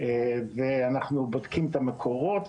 ואנחנו בודקים את המקורות.